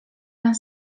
pan